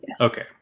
Okay